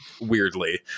weirdly